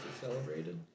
celebrated